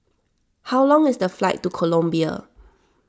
how long is the flight to Colombia